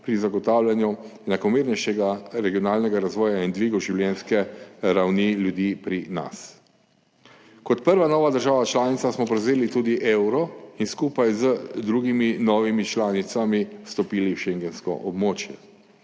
pri zagotavljanju enakomernejšega regionalnega razvoja in dviga življenjske ravni ljudi pri nas. Kot prva nova država članica smo prevzeli tudi evro in skupaj z drugimi novimi članicami vstopili v schengensko območje.